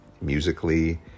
musically